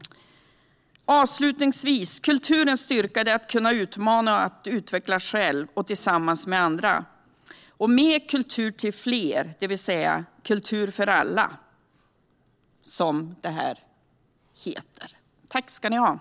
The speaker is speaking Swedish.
Avslutningsvis: Kulturens styrka är att kunna utmana, att utvecklas själv och tillsammans med andra - med kultur till fler, det vill säga Kultur för alla , som det här betänkandet heter.